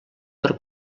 per